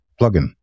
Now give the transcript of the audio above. plugin